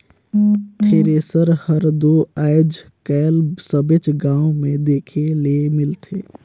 thresher हर दो आएज काएल सबेच गाँव मे देखे ले मिलथे